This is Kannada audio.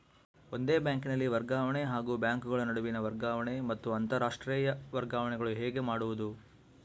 ಒಂದೇ ಬ್ಯಾಂಕಿನಲ್ಲಿ ವರ್ಗಾವಣೆ ಹಾಗೂ ಬ್ಯಾಂಕುಗಳ ನಡುವಿನ ವರ್ಗಾವಣೆ ಮತ್ತು ಅಂತರಾಷ್ಟೇಯ ವರ್ಗಾವಣೆಗಳು ಹೇಗೆ ಮಾಡುವುದು?